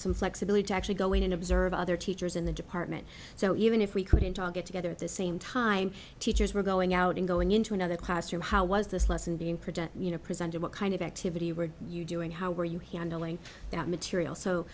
some flexibility to actually go in and observe other teachers in the department so even if we couldn't all get together at the same time teachers were going out and going into another classroom how was this lesson being present you know present or what kind of activity were you doing how were you handling that material so